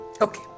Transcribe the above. okay